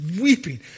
weeping